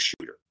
shooter